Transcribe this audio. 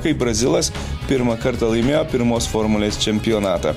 kai brazilas pirmą kartą laimėjo pirmos formulės čempionatą